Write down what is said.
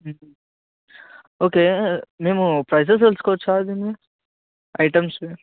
okay మేము prices తెలుసుకోవచ్చా దీన్ని ఐటమ్స్వి